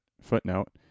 Footnote